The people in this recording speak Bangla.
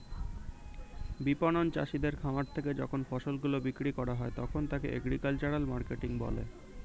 বিপণন চাষীদের খামার থেকে যখন ফসল গুলো বিক্রি করা হয় তখন তাকে এগ্রিকালচারাল মার্কেটিং বলে